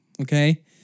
Okay